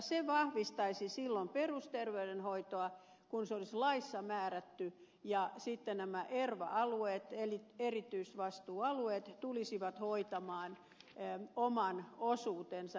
se vahvistaisi silloin perusterveydenhoitoa kun se olisi laissa määrätty ja sitten nämä erva alueet eli erityisvastuualueet tulisivat hoitamaan oman osuutensa erikoissairaanhoidosta